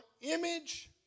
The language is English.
image